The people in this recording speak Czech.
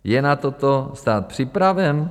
Je na toto stát připraven?